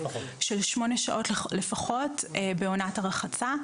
לפחות שמונה שעות בעונת הרחצה.